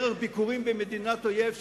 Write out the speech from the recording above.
דרך ביקורים במדינת אויב,